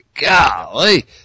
golly